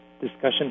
discussion